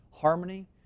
harmony